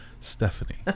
Stephanie